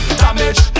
damage